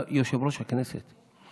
אתה יושב-ראש הכנסת,